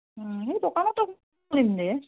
এই দোকানতে কৰিম দে